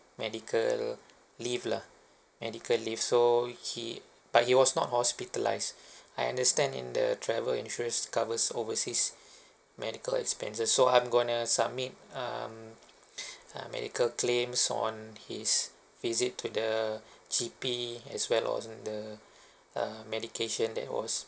medical leave lah medical leave so he but he was not hospitalized I understand in the travel insurance covers overseas medical expenses so I'm going to submit um medical claims on his visit to the G_P as well as the medication that was